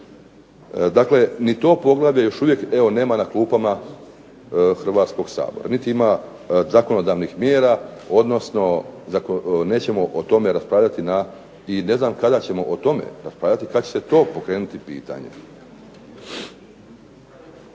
Dakle, ni to poglavlje još uvijek evo nema na klupama Hrvatskog sabora. Niti ima zakonodavnih mjera, odnosno nećemo o tome raspravljati na, i ne znam kada ćemo o tome raspravljati, kad će se to pokrenuti pitanje.